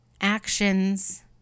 actions